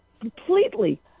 completely